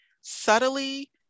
subtly